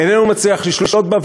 איננו מצליח לשלוט בה,